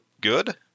good